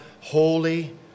holy